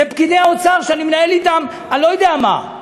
זה פקידי האוצר, שאני מנהל אתם, אני לא יודע מה.